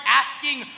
asking